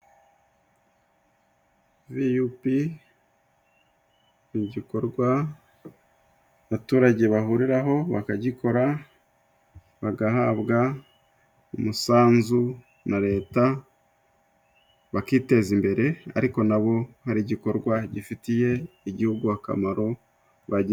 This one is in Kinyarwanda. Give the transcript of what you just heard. Viyupi igikorwa abaturage bahuriraho bakagikora bagahabwa umusanzu na Leta, bakiteza imbere ariko nabo hari igikorwa gifitiye igihugu akamaro bagira.